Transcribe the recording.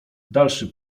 dalszy